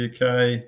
UK